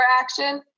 action